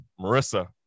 Marissa